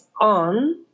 on